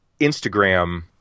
instagram